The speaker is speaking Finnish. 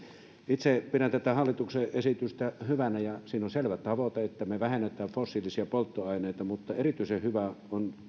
itse pidän tätä hallituksen esitystä hyvänä siinä on selvä tavoite että me vähennämme fossiilisia polttoaineita mutta erityisen hyvää siinä on